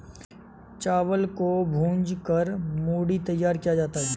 चावल को भूंज कर मूढ़ी तैयार किया जाता है